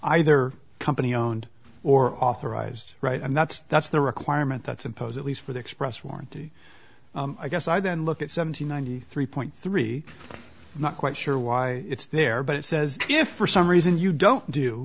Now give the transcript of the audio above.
either company owned or authorized right and that's that's the requirement that's imposed at least for the express warranty i guess i then look at seven hundred ninety three point three not quite sure why it's there but it says if for some reason you don't do